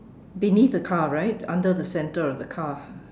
beneath the car right under the center of the car